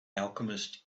alchemist